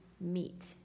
meet